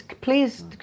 Please